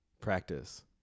practice